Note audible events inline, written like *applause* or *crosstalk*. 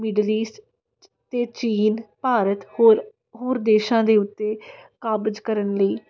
*unintelligible* ਅਤੇ ਚੀਨ ਭਾਰਤ ਹੋਰ ਹੋਰ ਦੇਸ਼ਾਂ ਦੇ ਉੱਤੇ ਕਾਬਜ ਕਰਨ ਲਈ